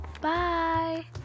bye